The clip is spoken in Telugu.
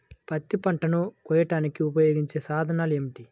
పత్తి పంటలను కోయడానికి ఉపయోగించే సాధనాలు ఏమిటీ?